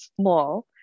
small